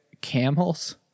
camels